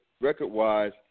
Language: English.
record-wise